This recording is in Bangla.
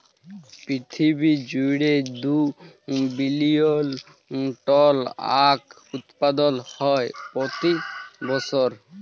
পিরথিবী জুইড়ে দু বিলিয়ল টল আঁখ উৎপাদল হ্যয় প্রতি বসর